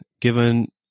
given